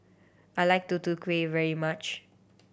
I like Tutu Kueh very much